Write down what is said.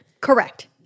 Correct